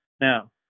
Now